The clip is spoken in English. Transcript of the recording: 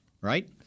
right